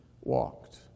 walked